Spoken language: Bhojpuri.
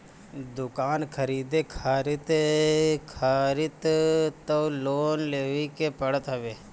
दुकान खरीदे खारित तअ लोन लेवही के पड़त हवे